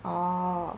oh